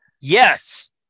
Yes